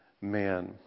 man